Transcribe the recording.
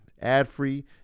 ad-free